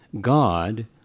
God